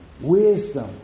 Wisdom